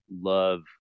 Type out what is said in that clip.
love